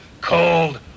cold